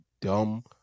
dumb